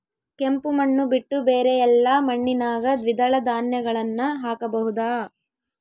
ಕೆಂಪು ಮಣ್ಣು ಬಿಟ್ಟು ಬೇರೆ ಎಲ್ಲಾ ಮಣ್ಣಿನಾಗ ದ್ವಿದಳ ಧಾನ್ಯಗಳನ್ನ ಹಾಕಬಹುದಾ?